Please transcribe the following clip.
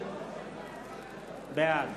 בעד